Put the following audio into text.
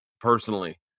personally